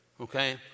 okay